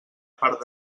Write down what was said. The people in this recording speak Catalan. part